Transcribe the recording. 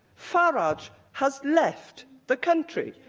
farage has left the country.